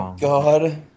God